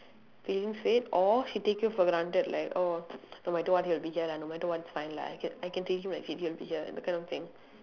feelings fade or she take you for granted like oh no matter what he'll be lah no matter what it's fine lah I can I can take him and him ya that kind of thing